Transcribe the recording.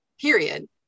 period